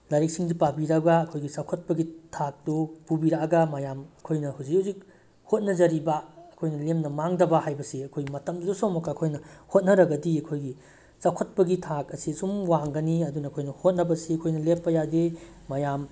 ꯂꯥꯏꯔꯤꯛꯁꯤꯡꯁꯤ ꯄꯥꯕꯤꯔꯒ ꯑꯩꯈꯣꯏꯒꯤ ꯆꯥꯎꯈꯠꯄꯒꯤ ꯊꯥꯛꯇꯨ ꯄꯨꯕꯤꯔꯛꯑꯒ ꯃꯌꯥꯝ ꯑꯩꯈꯣꯏꯅ ꯍꯨꯖꯤꯛ ꯍꯨꯖꯤꯛ ꯍꯣꯠꯅꯖꯔꯤꯕ ꯑꯩꯈꯣꯏꯅ ꯂꯦꯝꯅ ꯃꯥꯡꯗꯕ ꯍꯥꯏꯕꯁꯤ ꯑꯩꯈꯣꯏ ꯃꯇꯝꯗꯨꯁꯨ ꯑꯃꯨꯛꯀ ꯑꯩꯈꯣꯏꯅ ꯍꯣꯠꯅꯔꯒꯗꯤ ꯑꯩꯈꯣꯏꯒꯤ ꯆꯥꯎꯈꯠꯄꯒꯤ ꯊꯥꯛ ꯑꯁꯤ ꯁꯨꯝ ꯋꯥꯡꯒꯅꯤ ꯑꯗꯨꯅ ꯑꯩꯈꯣꯏꯅ ꯍꯣꯠꯅꯕꯁꯤ ꯑꯩꯈꯣꯏꯅ ꯂꯦꯞꯄ ꯌꯥꯗꯦ ꯃꯌꯥꯝ